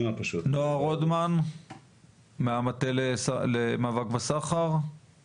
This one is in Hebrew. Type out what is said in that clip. שוב, המקלט לא פחות מותאם לאותן נשים.